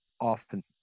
often